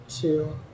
two